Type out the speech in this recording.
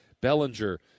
Bellinger